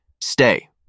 Stay